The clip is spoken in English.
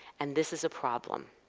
and this is a problem.